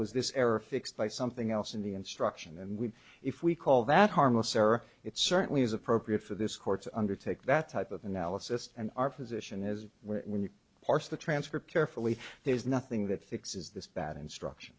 was this error fixed by something else in the instruction and we if we call that harmless error it certainly is appropriate for this courts undertake that type of analysis and our position is when you parse the transcript carefully there's nothing that fixes this bad instruction